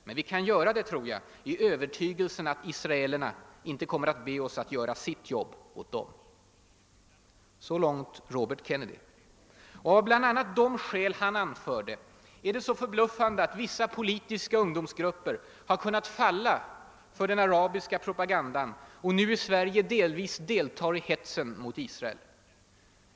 Men vi kan göra det, tror jag, i övertygelsen att israelerna... inte kommer att be oss att göra sitt jobb åt dem.» Så långt Robert Kennedy. Och av bl.a. de skäl han anförde är det så förbluffande att vissa politiska ungdomsgrupper har kunnat falla för den arabiska propagandan och nu i Sverige delvis deltar i hetsen mot Israel.